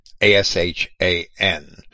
A-S-H-A-N